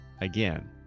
Again